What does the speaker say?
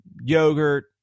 yogurt